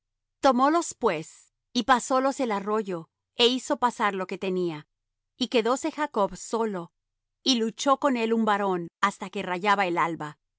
jaboc tomólos pues y pasólos el arroyo é hizo pasar lo que tenía y quedóse jacob solo y luchó con él un varón hasta que rayaba el alba